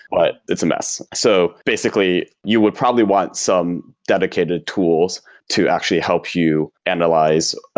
but it's a mess so basically, you would probably want some dedicated tools to actually help you analyze,